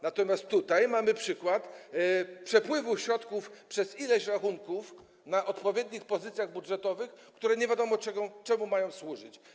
Natomiast tutaj mamy przykład przepływu środków przez ileś rachunków w ramach odpowiednich pozycji budżetowych, które nie wiadomo czemu mają służyć.